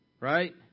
Right